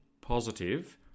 positive